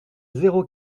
zéro